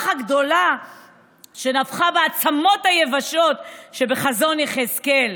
הגדולה שנפחה בעצמות היבשות שבחזון יחזקאל.